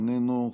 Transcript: איננו,